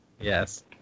Yes